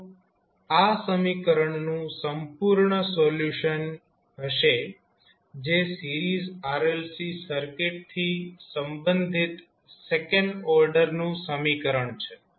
તો આ સમીકરણનું સંપૂર્ણ સોલ્યુશન હશે જે સિરીઝ RLC સર્કિટથી સંબંધિત સેકન્ડ ઓર્ડરનું સમીકરણ છે